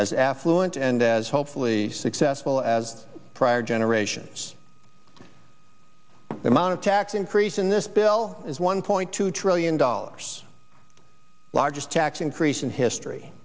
as affluent and as hopefully successful as prior generations the amount of tax increase in this bill is one point two trillion dollars the largest tax increase in history